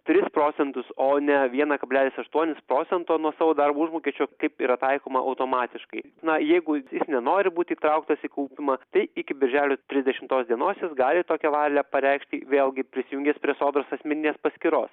tris procentus o ne vieną kablelis aštuonis procento nuo savo darbo užmokesčio kaip yra taikoma automatiškai na jeigu jis nenori būti įtrauktas į kaupimą tai iki birželio trisdešimtos dienos jis gali tokią valią pareikšti vėlgi prisijungęs prie sodros asmeninės paskyros